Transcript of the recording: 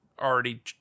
already